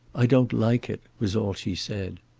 i don't like it, was all she said.